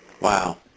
Wow